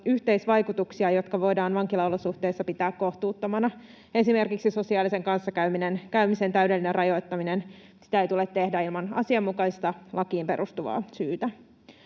yhteisvaikutuksia, joita voidaan vankilaolosuhteissa pitää kohtuuttomina. Esimerkiksi sosiaalisen kanssakäymisen täydellistä rajoittamista ei tule tehdä ilman asianmukaista, lakiin perustuvaa syytä.